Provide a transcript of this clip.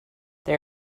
they